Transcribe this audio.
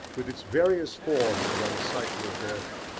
with its various forms of unsightly death,